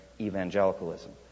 evangelicalism